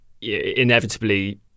inevitably